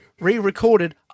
re-recorded